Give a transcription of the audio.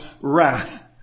wrath